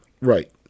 Right